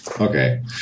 Okay